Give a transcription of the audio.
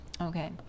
Okay